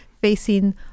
facing